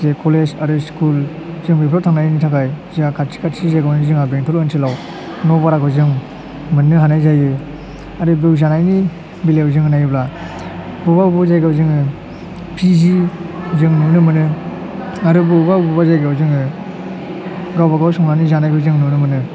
जे कलेज आरो स्कुल जों बेफोराव थांनायनि थाखाय जोंहा खाथि खाथि जेन' जोंहा बेंटल ओनसोलाव न' भाराखौ जों मोननो हानाय जायो आरो बेयाव जानायनि बेलायाव जों नायोब्ला बबेबा बबेबा जायगायाव जोङो पि जि जों नुनो मोनो आरो बबेबा बबेबा जायगायाव जोङो गावबागाव संनानै जानायबो जों नुनो मोनो